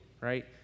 right